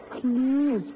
Please